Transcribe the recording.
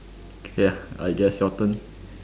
ya I guess your turn